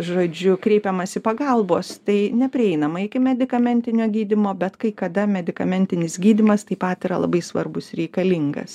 žodžiu kreipiamasi pagalbos tai neprieinama iki medikamentinio gydymo bet kai kada medikamentinis gydymas taip pat yra labai svarbus reikalingas